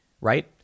right